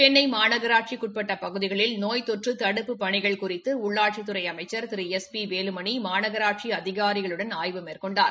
சென்னை மாநகராட்சிக்கு உட்பட்ட பகுதிகளில் நோய் தொற்று தடுப்புப் பணிகள் குறித்து உள்ளாட்சித்துறை அமைச்ச் திரு எஸ் பி வேலுமணி மாநகராட்சி அதிகாரிகளுடன் ஆய்வு மேற்கொண்டார்